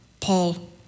Paul